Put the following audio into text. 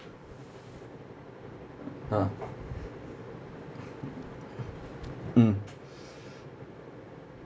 ah mm